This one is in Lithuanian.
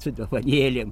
su dovanėlėm